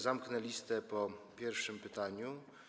Zamknę listę po pierwszym pytaniu.